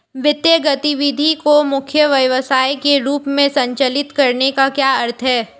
वित्तीय गतिविधि को मुख्य व्यवसाय के रूप में संचालित करने का क्या अर्थ है?